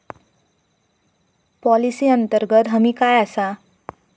Policy अंतर्गत हमी काय आसा?